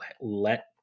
let